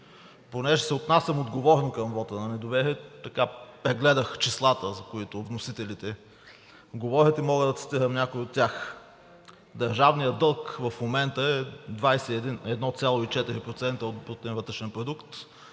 Понеже се отнасям отговорно към вота на недоверие, прегледах числата, за които вносителите говорят, и мога да цитирам някои от тях: държавният дълг в момента е 21,4% от брутния вътрешен продукт,